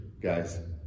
guys